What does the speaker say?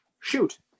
Shoot